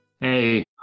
hey